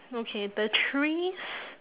okay the trees